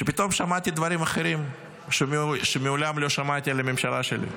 ופתאום שמעתי דברים אחרים שמעולם לא שמעתי על הממשלה שלי,